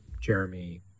Jeremy